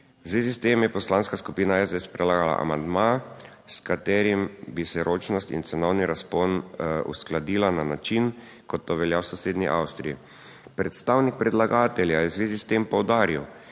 zvezi s tem je Poslanska skupina SDS predlagala amandma, s katerim bi se ročnost in cenovni razpon uskladila na način, kot to velja v sosednji Avstriji. Predstavnik predlagatelja je v zvezi s tem poudaril,